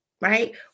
right